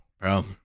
bro